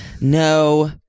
No